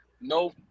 no